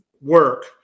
work